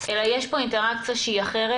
אלא יש פה אינטראקציה אחרת.